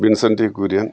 Vincent T Kurian